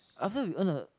after we earn a